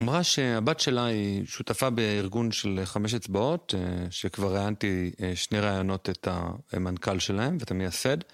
אמרה שהבת שלה היא שותפה בארגון של חמש אצבעות, שכבר ראיינתי שני ראיונות את המנכ״ל שלהם ואת המייסד.